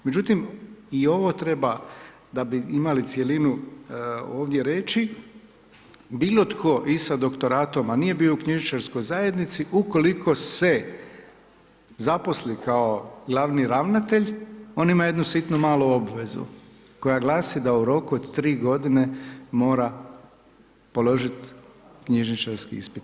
Međutim, i ovo treba da bi imali cjelinu ovdje reći, bilo tko i sa doktoratom a nije bio u knjižničarskoj zajednici ukoliko se zaposli kao glavni ravnatelj on ima jednu sitnu malu obvezu koja glasi da u roku od 3 godine mora položiti knjižničarski ispit.